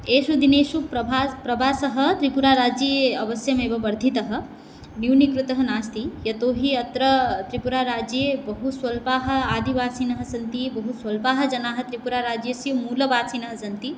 येषु दिनेषु प्रभा प्रवासः त्रिपुराराज्ये अवश्यमेव वर्धितः न्यूनीकृतः नास्ति यतो हि अत्र त्रिपुराराज्ये बहुस्वल्पाः आदिवासिनः सन्ति बहुस्वल्पाः जनाः त्रिपुराराज्यस्य मूलवासिनः सन्ति